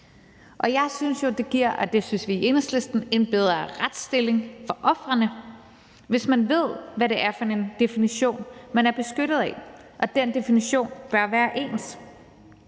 Og jeg synes jo – og det synes vi i Enhedslisten – at det giver en bedre retsstilling for ofrene, hvis man ved, hvad det er for en definition, man er beskyttet af, og den definition bør være ens.